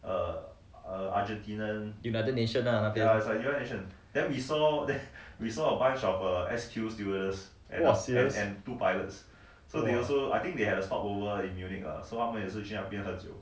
united nations ah 那边 !wow! serious !wow!